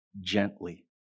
gently